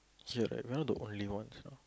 yeah like we not the only ones you know